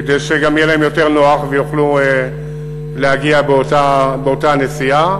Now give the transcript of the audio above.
כדי שיהיה להם יותר נוח ויוכלו להגיע באותה נסיעה.